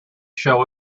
show